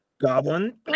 goblin